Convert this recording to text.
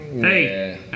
Hey